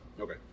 Okay